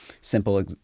Simple